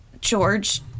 George